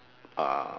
uhh